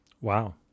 wow